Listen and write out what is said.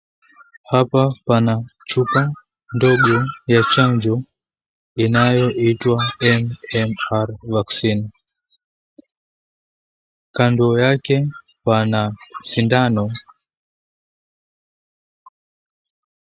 Hapa pana chupa ndogo ya chanjo inayoitwa, MMR Vaccine. Kando yake pana sindano.